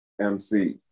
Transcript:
MC